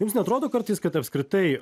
jums neatrodo kartais kad apskritai